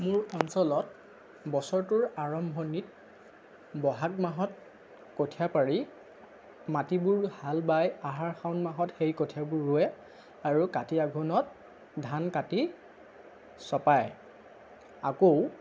মোৰ অঞ্চলত বছৰটোৰ আৰম্ভণিত বহাগ মাহত কঠিয়া পাৰি মাটিবোৰ হাল বাই আহাৰ শাওণ মাহত সেই কঠিয়াবোৰ ৰুৱে আৰু কাতি আঘোণত ধান কাটি চপায় আকৌ